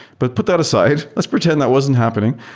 but put that aside, let's pretend that wasn't happening.